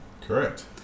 correct